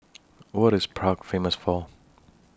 What IS Prague Famous For